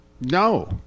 No